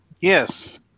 Yes